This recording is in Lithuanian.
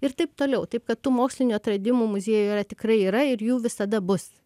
ir taip toliau taip kad tų mokslinių atradimų muziejuje tikrai yra ir jų visada bus